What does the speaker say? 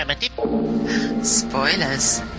Spoilers